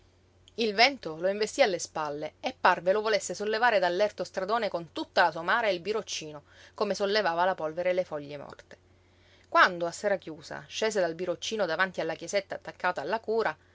il vento lo investí alle spalle e parve lo volesse sollevare dall'erto stradone con tutta la somara e il biroccino come sollevava la polvere e le foglie morte quando a sera chiusa scese dal biroccino davanti alla chiesetta attaccata alla cura